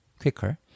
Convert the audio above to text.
quicker